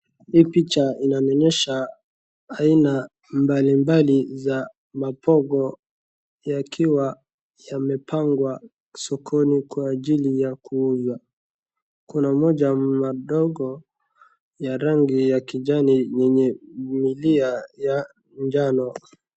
Hii picha inanionyesha aina mbali mbali za mambonga yakiwa yamepangwa sokoni kwa ajili ya kuuzwa. Kuna moja madogo ya rangi ya kijani yenye ya milia ya njano.